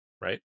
right